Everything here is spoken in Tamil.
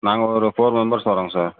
நாங்கள் ஒரு ஃபோர் மெம்பர்ஸ் வரோங்க சார்